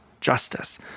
justice